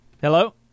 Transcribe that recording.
Hello